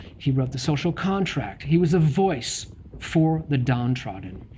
he wrote the social contract. he was a voice for the downtrodden.